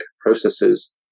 processes